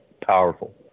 powerful